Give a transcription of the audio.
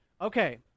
Okay